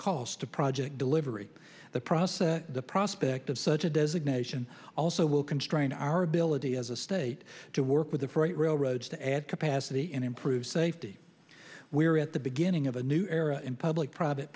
of project delivery the process the prospect of such a designation also will constrain our ability as a state to work with the freight railroad to add capacity and improve safety we are at the beginning of a new era in public private